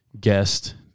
guest